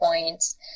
points